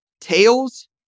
Tails